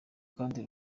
kandi